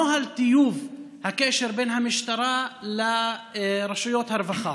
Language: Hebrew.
נוהל טיוב הקשר בין המשטרה לרשויות הרווחה,